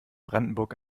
brandenburg